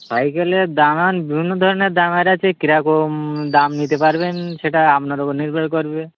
সাইকেলের বিভিন্ন ধরনের দামের আছে কী রকম দাম নিতে পারবেন সেটা আপনার ওপর নির্ভর করবে